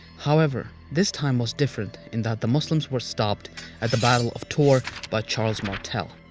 however, this time was different in that the muslims were stopped at the battle of tours by charles martel,